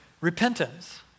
repentance